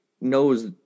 knows